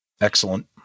Excellent